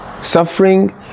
Suffering